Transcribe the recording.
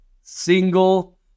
single